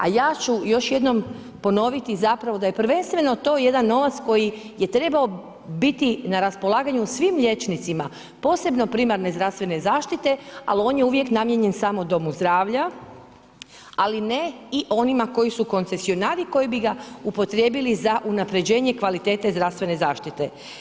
A ja ću još jednom ponoviti zapravo da je prvenstveno to jedan novac koji je treba biti na raspolaganju svim liječnicima, posebno primarne zdravstvene zaštite, ali on je uvijek namijenjen samo domu zdravlja ali ne i onima koji su koncesionari koji bi ga upotrijebili za unapređenje kvalitete zdravstvene zaštite.